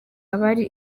abari